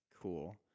Cool